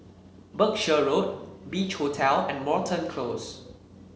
Berkshire Road Beach Hotel and Moreton Close